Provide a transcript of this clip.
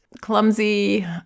clumsy